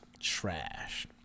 trash